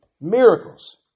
Miracles